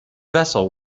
vessel